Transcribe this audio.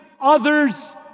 others